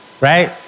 right